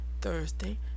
Thursday